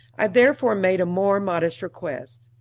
i therefore made a more modest request.